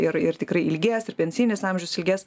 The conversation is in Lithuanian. ir ir tikrai ilgės ir pensijinis amžius ilgės